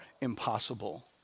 impossible